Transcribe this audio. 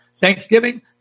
Thanksgiving